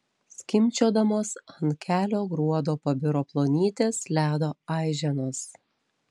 skimbčiodamos ant kelio gruodo pabiro plonytės ledo aiženos